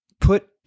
put